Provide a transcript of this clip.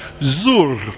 Zur